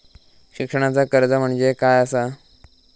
शिक्षणाचा कर्ज म्हणजे काय असा?